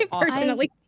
personally